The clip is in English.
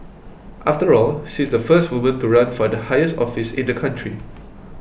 after all she's the first woman to run for the highest office in the country